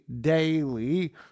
daily